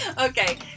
Okay